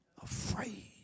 afraid